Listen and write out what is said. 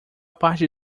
parte